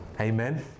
Amen